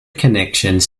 connections